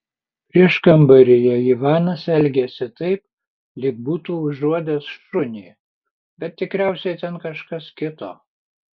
prieškambaryje ivanas elgėsi taip lyg būtų užuodęs šunį bet tikriausiai ten kažkas kito